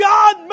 God